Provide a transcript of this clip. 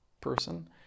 person